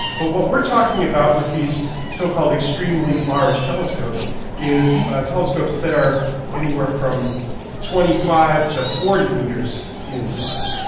but what we are talking about with these so-called extremely large telescopes is telescopes that are anywhere from twenty five to forty metres in size,